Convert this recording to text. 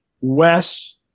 Wes